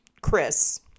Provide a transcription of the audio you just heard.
Chris